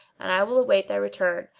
and i will await thy return.